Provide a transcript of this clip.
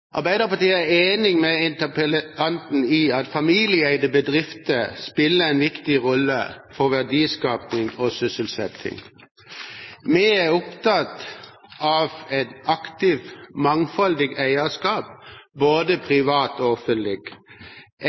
Arbeiderpartiet er enig med interpellanten i at familieeide bedrifter spiller en viktig rolle for verdiskaping og sysselsetting. Vi er opptatt av et aktivt, mangfoldig eierskap både privat og offentlig.